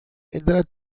internet